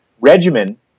regimen